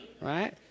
right